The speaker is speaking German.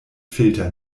filter